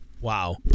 Wow